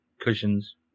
cushions